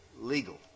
legal